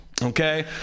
Okay